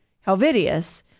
Helvidius